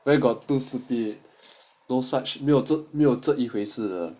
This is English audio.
where got too stupid no such 没有这没有这一回事